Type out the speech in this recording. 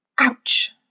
Ouch